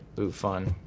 ooh, fun.